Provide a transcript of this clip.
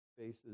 faces